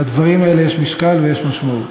לדברים האלה יש משקל ויש משמעות,